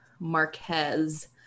Marquez